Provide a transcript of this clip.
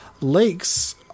Lakes